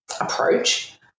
approach